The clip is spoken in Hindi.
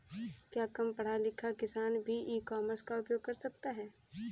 क्या कम पढ़ा लिखा किसान भी ई कॉमर्स का उपयोग कर सकता है?